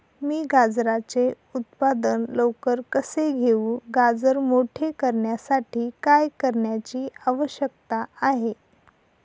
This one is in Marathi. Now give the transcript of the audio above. मी गाजराचे उत्पादन लवकर कसे घेऊ? गाजर मोठे करण्यासाठी काय करण्याची आवश्यकता आहे?